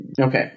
Okay